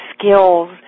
skills